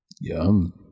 Yum